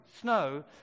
snow